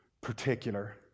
particular